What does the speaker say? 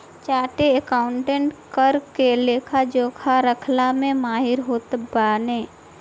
chartered accountant कर के लेखा जोखा रखला में माहिर होत बाने